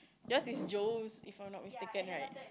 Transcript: your's is Joe's if I'm not mistaken right